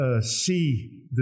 See